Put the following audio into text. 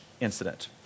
incident